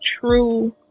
true